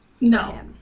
No